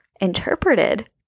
interpreted